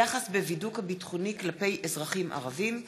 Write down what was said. הכנסת יוסף ג'בארין בנושא: יחס בבידוק הביטחוני כלפי אזרחים ערבים.